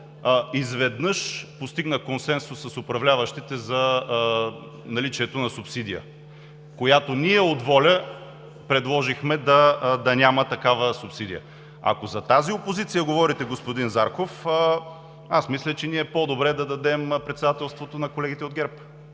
изведнъж постигна консенсус с управляващите за наличието на субсидия, която ние от ВОЛЯ предложихме да няма такава субсидия? Ако за тази опозиция говорите, господин Зарков, аз мисля, че ние по-добре да дадем председателството на колегите от ГЕРБ.